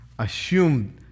Assumed